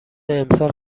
امسال